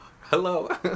hello